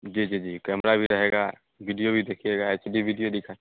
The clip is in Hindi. जी जी जी कैमरा भी रहेगा वीडियो भी देखिएगा एच डी वीडियो दिखा